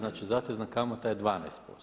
Znači zatezna kamata je 12%